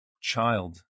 child